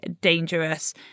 dangerous